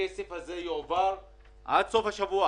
שהכסף הזה יועבר עד סוף השבוע,